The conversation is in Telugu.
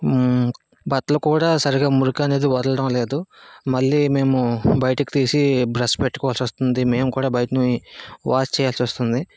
బట్టలు కూడా సరిగా మురికి అనేది వదలడం లేదు మళ్ళీ మేము బయటకు తీసి బ్రష్ పెట్టుకోవాల్సి వస్తుంది మేము కూడా బయటనే వాష్ చేయాల్సి వస్తుంది